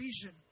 vision